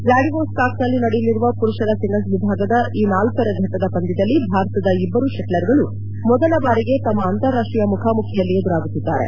ವ್ಲಾಡಿವೊಸ್ಟಾಕ್ನಲ್ಲಿ ನಡೆಯಲಿರುವ ಮರುಷರ ಸಿಂಗಲ್ಸ್ ವಿಭಾಗದ ಈ ನಾಲ್ಕರಘಟ್ಟದ ಪಂದ್ಕದಲ್ಲಿ ಭಾರತದ ಈ ಇಬ್ಬರೂ ಶೆಟ್ಷರ್ಗಳು ಮೊದಲ ಬಾರಿಗೆ ತಮ್ಮ ಅಂತಾರಾಷ್ಟೀಯ ಮುಖಾಮುಖಿಯಲ್ಲಿ ಎದುರಾಗುತ್ತಿದ್ದಾರೆ